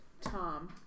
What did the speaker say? Tom